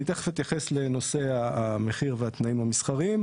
אני תיכף אתייחס לנושא המחיר והתנאים המסחריים.